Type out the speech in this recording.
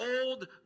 old